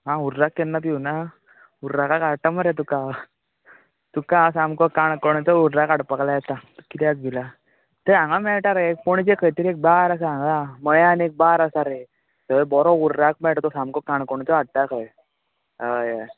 आं हुर्राक केन्ना पिवंकना हुर्राकाक हाडटा मरे तुका तुका हांव सामको काणकोणचो हुर्राक हाडपाक लायता तूं कित्याक भिला ते हांगा मेळटा रे पणजे खंय तरी एक बार आसा हांगा मळ्यान खंय तरी बार आसा रे थंय बरो हुर्राक मेळटा तो सामको काणकोणचो हाडटा रे हय हय